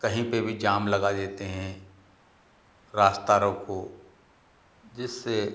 कहीं पे भी जाम लगा देते हैं रास्ता रोको जिस्से